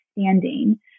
standing